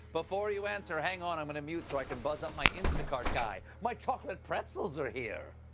before you answer, hang on, i'm gonna mute so i can buzz up my insta-cart guy. my chocolate pretzels are here!